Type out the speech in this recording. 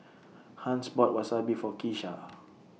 Hans bought Wasabi For Keesha